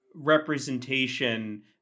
representation